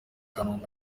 kanombe